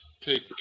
take